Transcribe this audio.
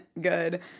good